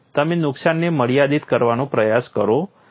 તમે નુકસાનને મર્યાદિત કરવાનો પ્રયાસ કરો છો